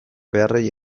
beharrei